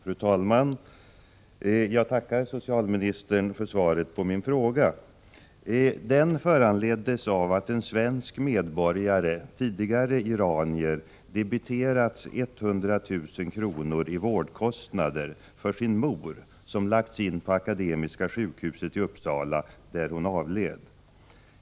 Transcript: Fru talman! Jag tackar socialministern för svaret på min fråga. Frågan föranleddes av att en svensk medborgare, tidigare iranier, debiterats 100 000 kr. i vårdkostnader för sin mor som lagts in på Akademiska sjukhuset i Uppsala, där hon avled.